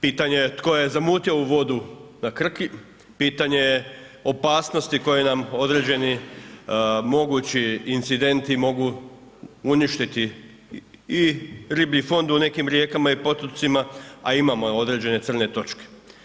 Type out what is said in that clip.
Pitanje je tko je zamutio ovu vodu na Krki, pitanje je opasnosti koje nam određeni mogući incidenti mogu uništiti i riblji fond u nekim rijekama i potocima, a imamo određene crne točke.